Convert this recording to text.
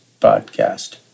podcast